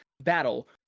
battle